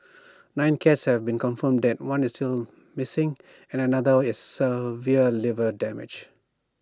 nine cats have been confirmed dead one is still missing and another severe liver damage